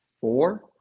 four